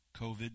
COVID